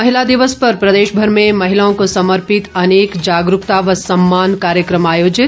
महिला दिवस पर प्रदेशभर में महिलाओं को समर्पित अनेक जागरूकता व सम्मान कार्यक्रम आयोजित